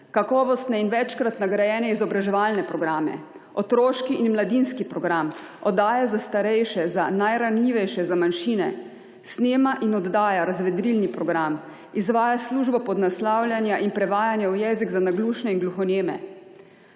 kakovostne in večkrat nagrajene izobraževalne programe, otroški in mladinski program, oddaje za starejše, za najranljivejše, za manjšine. Snema in oddaja razvedrilni program. Izvaja službo podnaslavljanja in prevajanja v jezik za naglušne in gluhoneme.